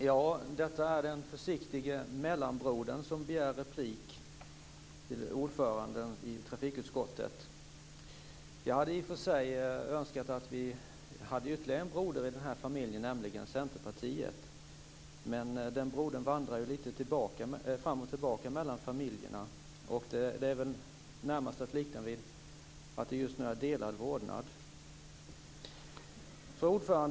Herr talman! Detta är den försiktige mellanbrodern som begär replik på anförandet från ordföranden i trafikutskottet. Jag hade i och för sig önskat att vi hade haft ytterligare en broder i denna familj, nämligen Centerpartiet. Men den brodern vandrar ju lite fram och tillbaka mellan familjerna. Det är väl närmast att likna vid att det just nu är delad vårdnad. Herr talman!